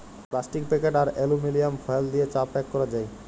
plastic packet আর aluminium foil দিয়ে চা প্যাক ক্যরা যায়